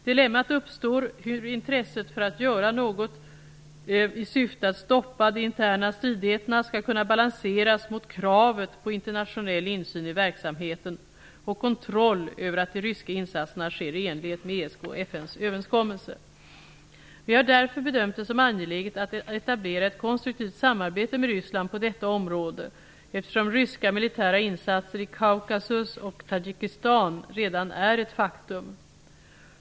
Dilemmat uppstår hur intresset för att något görs i syfte att stoppa de interna stridigheterna skall kunna balanseras mot kravet på internationell insyn i verksamheten och kontroll över att de ryska insatserna sker i enlighet med ESK:s och FN:s överenskommelser. Vi har därför bedömt det som angeläget att etablera ett konstruktivt samarbete med Ryssland på detta område eftersom ryska militära insatser i Kaukasus och Tadzjikistan redan är ett faktum.